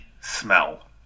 smell